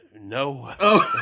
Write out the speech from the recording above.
No